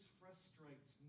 frustrates